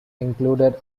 included